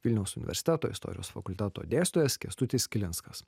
vilniaus universiteto istorijos fakulteto dėstytojas kęstutis kilinskas